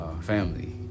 family